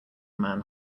man